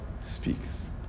speaks